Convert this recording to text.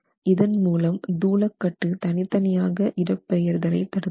இதன் மூலம் தூலக்கட்டு தனித்தனியாக இடப்பெயர்தலை தடுக்கலாம்